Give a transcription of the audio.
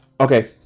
Okay